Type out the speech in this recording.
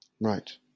Right